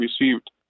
received